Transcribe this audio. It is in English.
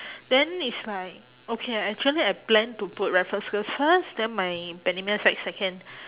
then is like okay I actually I plan to put raffles girls' first then my bendemeer sec second